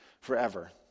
forever